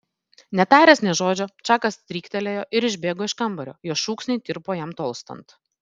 netaręs nė žodžio čakas stryktelėjo ir išbėgo iš kambario jo šūksniai tirpo jam tolstant